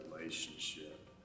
relationship